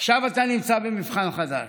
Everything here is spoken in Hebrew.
עכשיו אתה נמצא במבחן חדש: